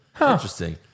Interesting